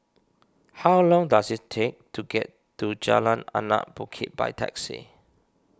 how long does it take to get to Jalan Anak Bukit by taxi